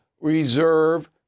reserve